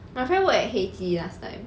my friend work at Heytea last time